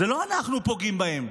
זה לא אנחנו פוגעים בהם.